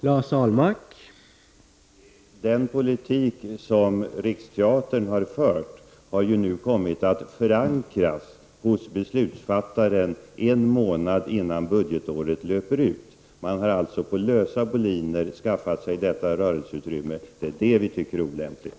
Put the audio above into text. Herr talman! Den politik som Riksteatern har fört har nu kommit att förankrats hos beslutsfattaren en månad innan budgetåret löper ut. Man har alltså på lösa boliner skaffat sig detta rörelseutrymme. Det anser vi är olämpligt.